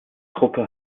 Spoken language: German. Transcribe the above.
gruppe